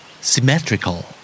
Symmetrical